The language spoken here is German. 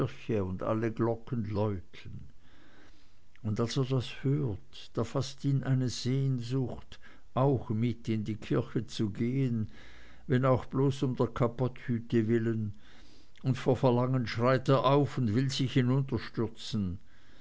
und alle glocken läuten und als er das hört da faßt ihn eine sehnsucht auch mit in die kirche zu gehen wenn auch bloß um der kapotthüte willen und vor verlangen schreit er auf und will sich